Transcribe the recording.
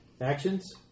Actions